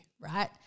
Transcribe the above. right